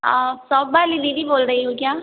आप सॉप वाली दीदी बोल रही हो क्या